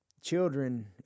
children